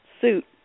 suit